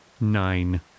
Nine